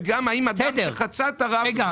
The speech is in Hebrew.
וגם האם אדם שחצה את הרף.